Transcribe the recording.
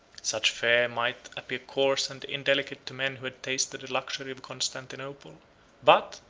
such fare might appear coarse and indelicate to men who had tasted the luxury of constantinople but,